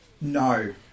No